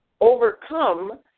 overcome